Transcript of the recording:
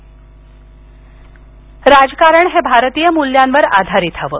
बंडारू राजकारण हे भारतीय मूल्यांवर आधारित हवं